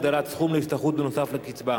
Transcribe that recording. הגדלת סכום להשתכרות בנוסף לקצבה).